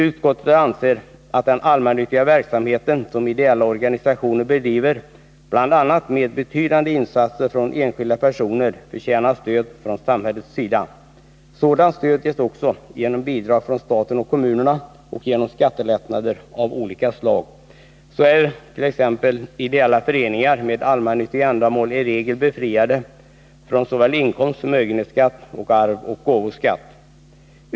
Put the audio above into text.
Utskottet har ansett att den allmännyttiga verksamhet som ideella organisationer bedriver, bl.a. med betydande insatser från enskilda personer, förtjänar stöd från samhällets sida. Sådant stöd ges också genom bidrag från staten och kommunerna och genom skattelättnader av olika slag. Så är t.ex. ideella föreningar med allmännyttiga ändamål i regel befriade från inkomstskatt, förmögenhetsskatt och arvsoch gåvoskatt.